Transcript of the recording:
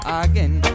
again